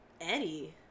Eddie